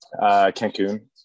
Cancun